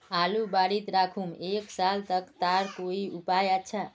आलूर बारित राखुम एक साल तक तार कोई उपाय अच्छा?